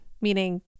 meaning